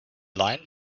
line